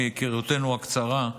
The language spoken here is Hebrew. מהיכרותנו הקצרה,